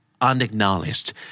Unacknowledged